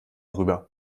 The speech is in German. rüber